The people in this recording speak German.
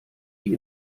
wie